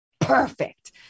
perfect